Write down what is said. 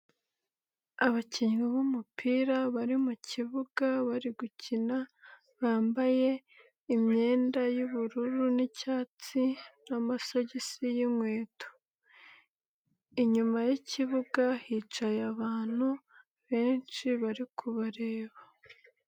Abakinnyi b'umupira bari mu kibuga bari gukina bambaye imyenda y'ubururu n'icyatsi n'amasosogisi y'inkweto, inyuma y'ikibuga hicaye abantu benshi bari kubareba.